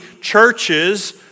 churches